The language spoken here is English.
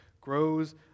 grows